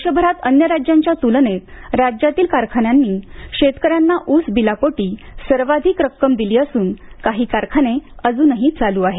देशभरात अन्य राज्यांच्या तुलनेत राज्यातील कारखान्यांनी शेतकऱ्यांना ऊस बिलापोटी सर्वाधिक रक्कम दिली असून काही कारखाने अजूनही चालू आहेत